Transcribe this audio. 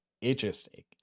interesting